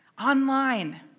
Online